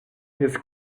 his